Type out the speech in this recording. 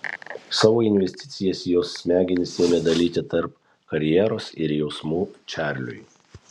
savo investicijas jos smegenys ėmė dalyti tarp karjeros ir jausmų čarliui